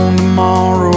tomorrow